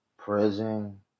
Prison